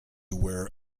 where